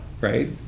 right